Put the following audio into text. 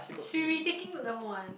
she retaking level one